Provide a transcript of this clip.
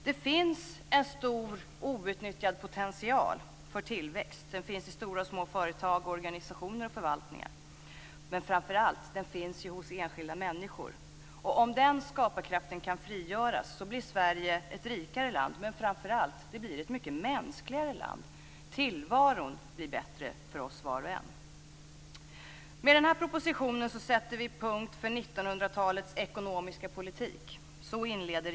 Det finns en stor outnyttjad potential för tillväxt. Den finns i stora och små företag, organisationer och förvaltningar. Men framför allt finns den ju hos enskilda människor. Och om den skaparkraften kan frigöras blir Sverige ett rikare land, men framför allt: Det blir ett mycket mänskligare land. Tillvaron blir bättre för oss var och en. "Med denna budgetproposition sätts punkt för 1900-talets ekonomiska politik i Sverige."